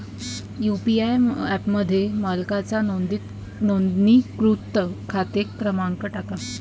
UPI ॲपमध्ये मालकाचा नोंदणीकृत खाते क्रमांक टाका